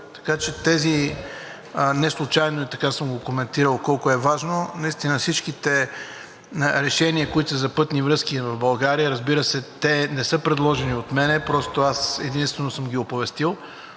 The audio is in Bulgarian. преди това. Неслучайно и така съм коментирал колко е важно. Наистина всички решения, които са за пътни връзки в България, разбира се, те не са предложени от мен, просто аз единствено съм ги оповестил